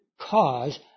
cause